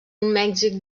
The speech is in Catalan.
mèxic